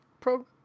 pro